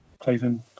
Clayton